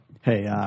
Hey